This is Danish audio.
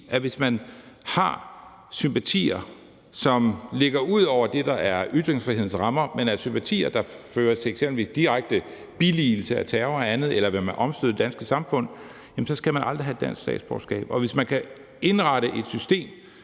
at hvis man har sympatier, som ligger ud over det, der er ytringsfrihedens rammer, altså sympatier, der eksempelvis fører til direkte billigelse af terrror og andet, eller hvis man vil omstyrte det danske samfund, så skal man aldrig have dansk statsborgerskab. Og hvis man kan indrette et system,